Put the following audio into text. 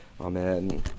Amen